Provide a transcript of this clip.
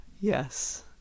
Yes